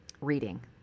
reading